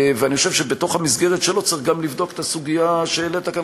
ואני חושב שבמסגרת שלו צריך גם לבדוק את הסוגיה שהעלית כאן,